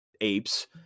apes